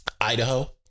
idaho